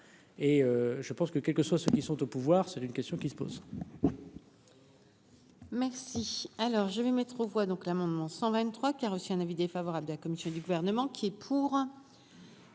et je pense que, quels que soient ceux qui sont au pouvoir, c'est une question qui se pose. Merci, alors je vais mettre voit donc l'amendement 123 qui a reçu un avis défavorable de la commission du gouvernement qui est pour.